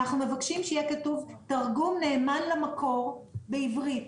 אנחנו מבקשים שיהיה כתוב תרגום נאמן למקור בעברית.